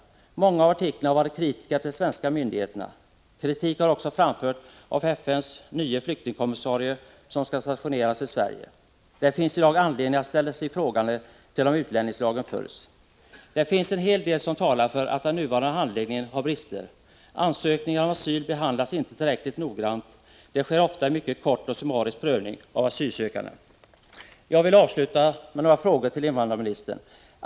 Många av artiklarna har varit kritiska till de svenska myndigheterna. Kritik har också framförts av FN:s nye flyktingkommissarie, som skall stationeras i Sverige. Det finns i dag anledning att ställa sig frågande till om utlänningslagen följs. Det finns en hel del som talar för att den nuvarande handläggningen har brister. Ansökningar om asyl behandlas inte tillräckligt noggrant. Det sker ofta en mycket kort och summarisk prövning av asylansökningarna. 1.